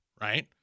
right